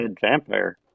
Vampire